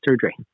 surgery